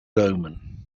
omen